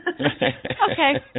Okay